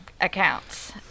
accounts